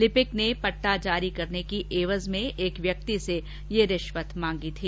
लिपिक ने पट्टा जारी करने की एवज में एक व्यक्ति से ये रिश्वत मांगी थी